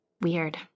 weird